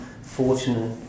fortunate